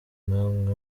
namwe